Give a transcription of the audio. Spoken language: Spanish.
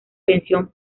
pensión